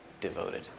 devoted